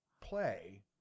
play